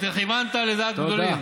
אתה כיוונת לדעת גדולים.